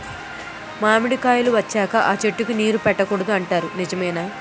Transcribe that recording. మామిడికాయలు వచ్చాక అ చెట్టుకి నీరు పెట్టకూడదు అంటారు నిజమేనా?